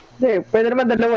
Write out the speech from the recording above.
the but and binaries